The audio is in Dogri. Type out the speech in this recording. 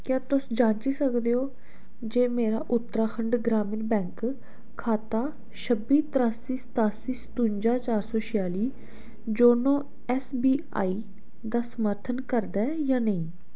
क्या तुस जांची सकदे ओ जे मेरा उत्तराखंड ग्रामीण बैंक खाता छब्बी त्रास्सी सतासी सतुंजा चार सौ छेआली योनो एस बी आई दा समर्थन करदा ऐ जां नेईं